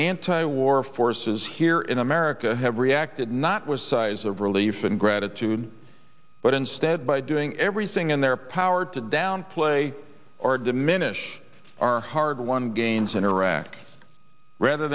anti war forces here in america have reacted not was sighs of relief and gratitude but instead by doing everything in their power to downplay or diminish our hard won gains in iraq rather